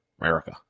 America